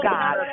God